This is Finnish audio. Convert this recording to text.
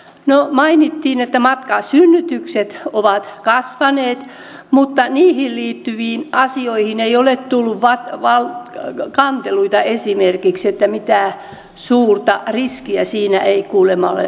no mainittiin että matkasynnytysten määrä on kasvanut mutta niihin liittyviin asioihin ei ole tullut kanteluita esimerkiksi että mitään suurta riskiä siinä ei kuulemma ole ollut